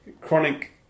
Chronic